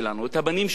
את הבנים שלנו,